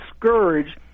discouraged